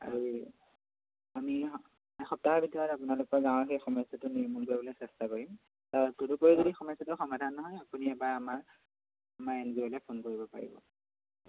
আৰু এই আমি সপ এসপ্তাহৰ ভিতৰত আপোনালোকৰ গাঁৱত সেই সমস্যাটো নিৰ্মূল কৰিবলৈ চেষ্টা কৰিম আ তদুপৰি যদি সমস্যাটো সমাধান নহয় আপুনি এবাৰ আমাৰ আমাৰ এন জি অ' লৈ ফোন কৰিব পাৰিব